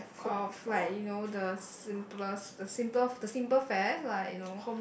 of like you know the simplest the simple the simple fare like you know